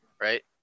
right